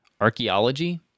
archaeology